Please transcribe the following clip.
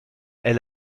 elle